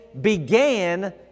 began